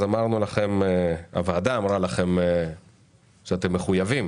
אז הוועדה אמרה לכם שאתם מחויבים